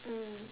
mm